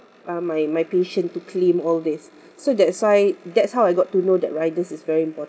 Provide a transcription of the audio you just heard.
uh my my patient to claim all these so that's why that's how I got to know that riders is very important